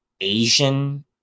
asian